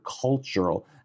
cultural